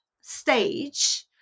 stage